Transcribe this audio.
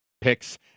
picks